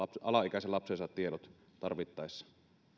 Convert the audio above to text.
alaikäisen lapsensa tiedot tarvittaessa